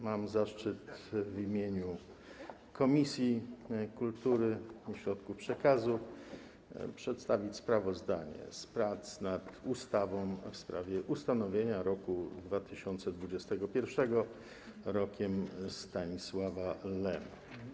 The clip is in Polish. Mam zaszczyt w imieniu Komisji Kultury i Środków Przekazu przedstawić sprawozdanie z prac nad ustawą w sprawie ustanowienia roku 2021 Rokiem Stanisława Lema.